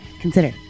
consider